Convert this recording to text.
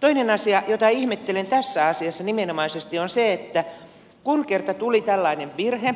toinen asia jota ihmettelen tässä asiassa nimenomaisesti on se että kun kerta tuli tällainen virhe